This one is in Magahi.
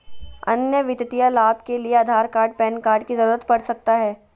अन्य वित्तीय लाभ के लिए आधार कार्ड पैन कार्ड की जरूरत पड़ सकता है?